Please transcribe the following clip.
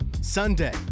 Sunday